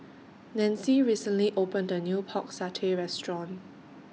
Nancie recently opened A New Pork Satay Restaurant